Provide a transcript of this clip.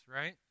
right